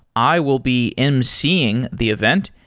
i will be emceeing the event,